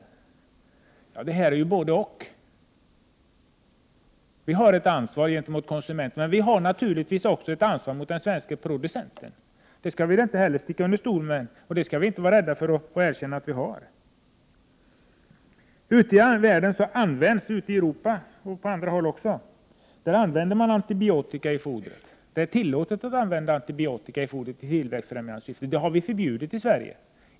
Jag vill hävda att det är fråga om både-och. Vi har ett ansvar gentemot konsumenten. Men vi har naturligtvis också ett ansvar gentemot den svenske producenten. Det får vi inte sticka under stol med. Dessutom skall vi inte vara rädda för att erkänna att vi har detta ansvar. Ute i Europa och även på andra håll används antibiotika i foder i tillväxtfrämjande syfte. Men detta är förbjudet i Sverige.